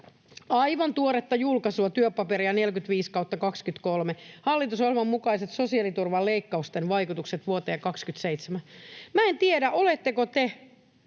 aivan tuoretta julkaisua, Työpaperia 45/2023, ”Hallitusohjelman mukaisten sosiaaliturvan leikkausten vaikutukset vuoteen 2027”. En tiedä, oletteko te,